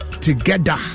together